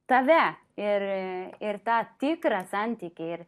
tave ir ir tą tikrą santykį ir